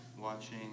Watching